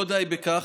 לא די בכך,